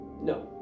no